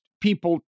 people